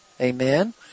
Amen